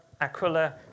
Aquila